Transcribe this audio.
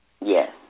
Yes